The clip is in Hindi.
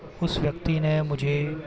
उस व्यक्ति ने मुझे